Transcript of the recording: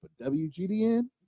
WGDN